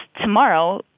tomorrow